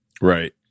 Right